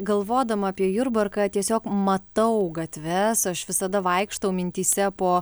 galvodama apie jurbarką tiesiog matau gatves aš visada vaikštau mintyse po